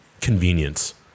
convenience